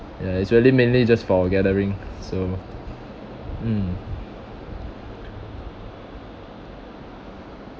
ya it's really mainly it's just for gathering so mm